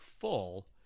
full